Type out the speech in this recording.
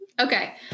Okay